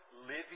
living